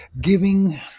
giving